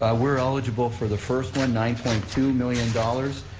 ah we're eligible for the first one, nine point two million dollars,